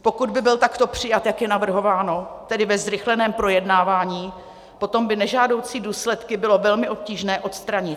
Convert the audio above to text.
Pokud by byl takto přijat, jak je navrhováno, tedy ve zrychleném projednávání, potom by nežádoucí důsledky bylo velmi obtížné odstranit.